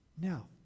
Now